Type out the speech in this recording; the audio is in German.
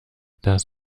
das